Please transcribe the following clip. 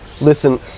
listen